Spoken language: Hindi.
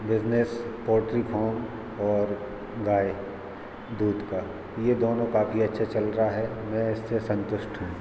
बिजनेस पॉट्री फ़ॉम और गाय दूध का ये दोनों काफ़ी अच्छे चल रहा है मैं इससे संतुष्ट हूँ